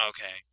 Okay